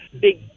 big